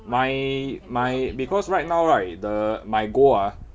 my my because right now right the my goal ah